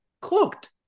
cooked